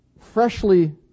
Freshly